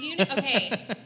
Okay